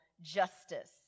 justice